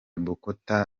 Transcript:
bokota